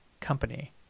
company